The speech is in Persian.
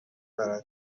برای